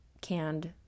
canned